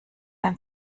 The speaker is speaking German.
ein